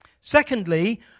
Secondly